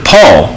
Paul